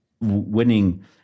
winning